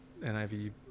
NIV